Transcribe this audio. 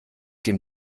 dem